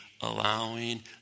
allowing